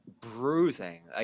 bruising